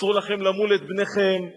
אסור לכם למול את בניכם,